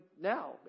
now